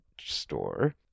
store